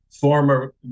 former